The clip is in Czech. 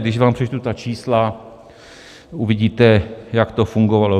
Když vám přečtu ta čísla, uvidíte, jak to fungovalo.